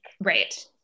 right